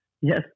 Yes